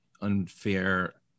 unfair